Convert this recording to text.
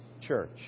church